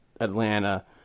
Atlanta